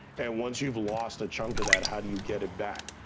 and once you've lost a chunk of that, how do you get it back?